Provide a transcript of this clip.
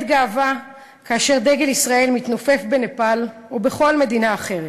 גאווה כאשר דגל ישראל מתנופף בנפאל ובכל מדינה אחרת.